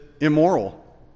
immoral